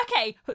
Okay